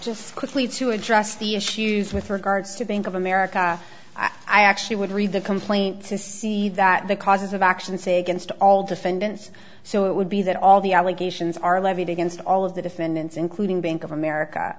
quickly to address the issues with regards to bank of america i actually would read the complaint to see that the causes of action say against all defendants so it would be that all the allegations are levied against all of the defendants including bank of america